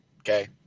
Okay